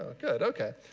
ah good, ok.